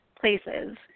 places